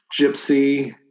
Gypsy